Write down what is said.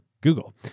google